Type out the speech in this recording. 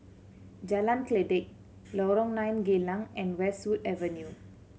Jalan Kledek Lorong Nine Geylang and Westwood Avenue